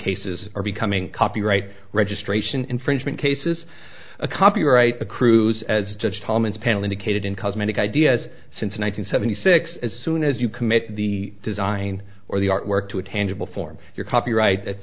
cases are becoming copyright registration infringement cases a copyright the cruise as judge thomas panel indicated in cosmetic ideas since one thousand seventy six as soon as you commit the design or the artwork to a tangible form your copyright that